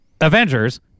Avengers